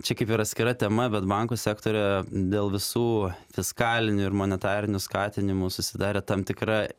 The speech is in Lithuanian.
čia kaip ir atskira tema bet bankų sektoriuje dėl visų fiskalinių ir monetarinių skatinimų susidarė tam tikra